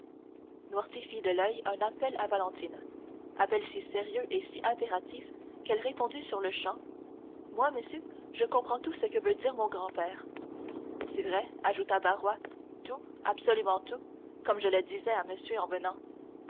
fit de l'oeil un appel à valentine appel si sérieux et si impératif qu'elle répondit sur-le-champ moi monsieur je comprends tout ce que veut dire mon grand-père c'est vrai ajouta barrois tout absolument tout comme je le disais à monsieur en venant